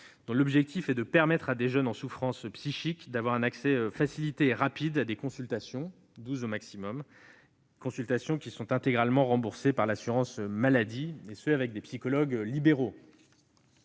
l'objectif est de permettre à des jeunes en souffrance psychique d'avoir un accès facilité et rapide à des consultations- 12 au maximum -, intégralement remboursées par l'assurance maladie, avec des psychologues libéraux.